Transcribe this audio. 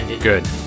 Good